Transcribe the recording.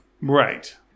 Right